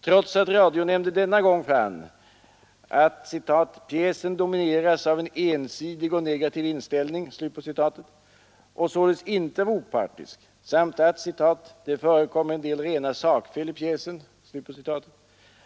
Trots att radionämnden denna gång fann att ”pjäsen domineras av ensidig och negativ inställning” och således inte var opartisk samt att ”det förekommer en del rena sakfel i pjäsen”